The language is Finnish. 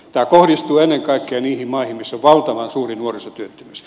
tämä kohdistuu ennen kaikkea niihin maihin missä on valtavan suuri nuorisotyöttömyys